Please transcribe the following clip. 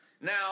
Now